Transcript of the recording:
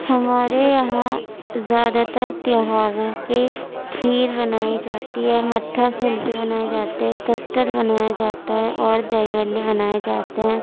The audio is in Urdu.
ہمارے یہاں زیادہ تر تہواروں پہ کھیر بنائی جاتی ہے مٹھا پھلکی بنائے جاتے ہیں کسٹرڈ بنایا جاتا ہے اور دہی بھلے بنائے جاتے ہیں